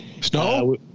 Snow